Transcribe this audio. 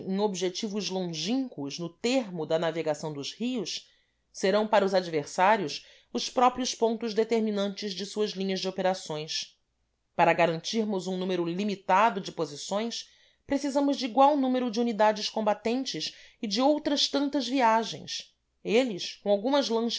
objetivos lingínquos no termo da navegação dos rios serão para os adversários os próprios pontos determinantes de suas linhas de operações para garantirmos um número limitado de posições precisamos de igual número de unidades combatentes e de outras tantas viagens eles com algumas lanchas